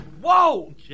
Whoa